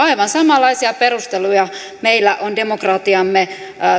aivan samanlaisia perusteluja meillä on demokratiamme